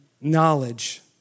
knowledge